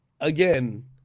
again